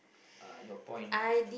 uh your point